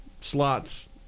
slots